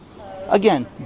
again